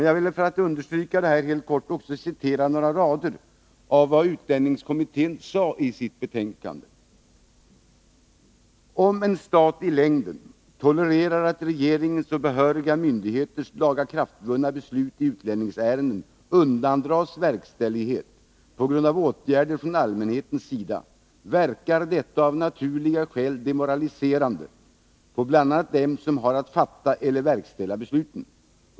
Jag vill för att understryka detta helt kort också citera några rader av vad utlänningslagskommittén sade i sitt betänkande: ”Om en stat i längden tolererar att regeringens och behöriga myndigheters lagakraftvunna beslut i utlänningsärenden undandras verkställighet på grund av åtgärder från allmänhetens sida, verkar detta av naturliga skäl demoraliserande på bl.a. dem som har att fatta eller verkställa besluten.